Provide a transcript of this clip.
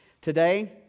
Today